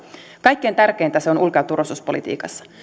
kaikkein tärkeintä se on ulko ja turvallisuuspolitiikassa